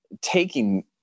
taking